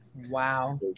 Wow